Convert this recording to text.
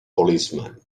policemen